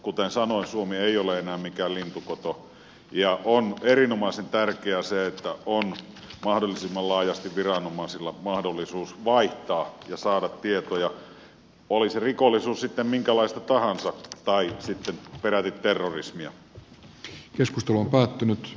kuten sanoin suomi ei ole enää mikään lintukoto ja on erinomaisen tärkeää se että on mahdollisimman laajasti viranomaisilla mahdollisuus vaihtaa ja saada tietoja oli se rikollisuus sitten minkälaista tahansa tai sitten peräti terroris mia